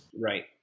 Right